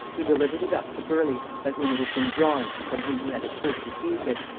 he delivered it up to burleigh, by whom it had been drawn and from whom he had at first received it.